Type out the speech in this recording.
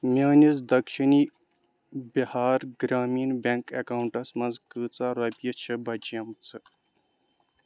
میٛٲنِس Dakshini Bihar Gramin bank accounts منٛز کۭژاہ رۄپیہِ چھِ بچیمژٕ